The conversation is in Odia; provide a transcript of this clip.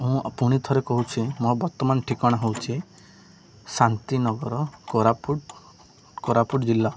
ମୁଁ ପୁଣି ଥରେ କହୁଛି ମୋ ବର୍ତ୍ତମାନ ଠିକଣା ହେଉଛି ଶାନ୍ତିନଗର କୋରାପୁଟ କୋରାପୁଟ ଜିଲ୍ଲା